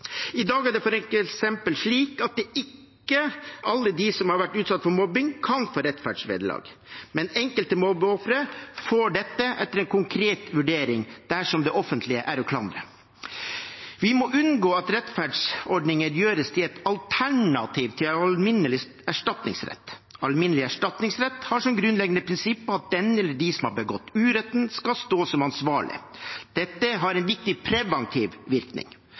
I dag er det f.eks. slik at ikke alle som har blitt utsatt for mobbing, kan få rettferdsvederlag, men enkelte mobbeofre får dette etter en konkret vurdering dersom det offentlige er å klandre. Vi må unngå at rettferdsordninger gjøres til et alternativ til alminnelig erstatningsrett. Alminnelig erstatningsrett har som grunnleggende prinsipp at den eller de som har begått uretten, skal stå som ansvarlig. Dette har en viktig preventiv virkning.